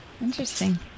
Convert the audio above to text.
Interesting